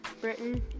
Britain